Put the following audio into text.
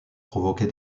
provoquer